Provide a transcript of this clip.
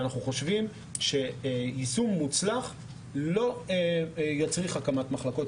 ואנחנו חושבים שיישום מוצלח לא יצריך הקמת מחלקות